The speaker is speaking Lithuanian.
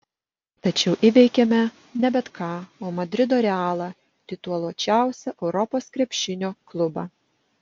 tačiau įveikėme ne bet ką o madrido realą tituluočiausią europos krepšinio klubą